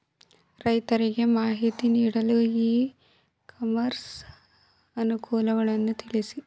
ರೈತರಿಗೆ ಮಾಹಿತಿ ನೀಡಲು ಇ ಕಾಮರ್ಸ್ ಅನುಕೂಲಗಳನ್ನು ತಿಳಿಸಿ?